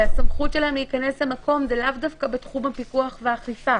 והסמכות שלהם להיכנס למקום זה לאו דווקא בתחום הפיקוח והאכיפה.